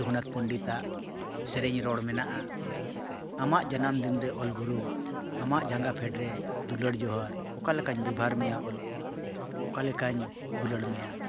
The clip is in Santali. ᱨᱚᱜᱷᱩᱱᱟᱛᱷ ᱯᱚᱱᱰᱤᱛᱟᱜ ᱥᱮᱨᱮᱧ ᱨᱚᱲ ᱢᱮᱱᱟᱜᱼᱟ ᱟᱢᱟᱜ ᱡᱟᱱᱟᱢ ᱫᱤᱱ ᱨᱮ ᱚᱞᱜᱩᱨᱩ ᱟᱢᱟᱜ ᱡᱟᱸᱜᱟ ᱯᱷᱮᱰ ᱨᱮ ᱫᱩᱞᱟᱹᱲ ᱡᱚᱦᱟᱨ ᱚᱠᱟ ᱞᱮᱠᱟᱧ ᱵᱮᱵᱚᱦᱟᱨ ᱢᱮᱭᱟ ᱚᱞᱜᱩᱨᱩ ᱚᱠᱟ ᱞᱮᱠᱟᱧ ᱫᱩᱞᱟᱹᱲ ᱢᱮᱭᱟ